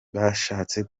bashatse